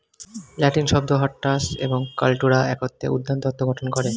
লাতিন শব্দ হরটাস এবং কাল্টুরা একত্রে উদ্যানতত্ত্ব গঠন করে